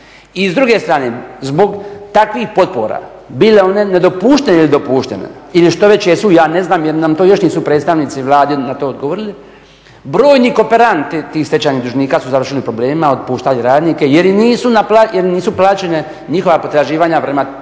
I s druge strane, zbog takvih potpora bile one nedopuštene ili dopuštene ili što već jesu, ja ne znam jer nam to još nisu predstavnici vladini na to odgovorili, brojni kooperanti tih stečajnih dužnika su završili u problemima, otpuštali radnike jer im nisu plaćena njihova potraživanja prema